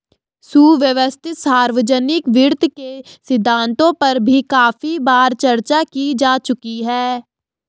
सुव्यवस्थित सार्वजनिक वित्त के सिद्धांतों पर भी काफी बार चर्चा की जा चुकी है